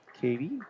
Katie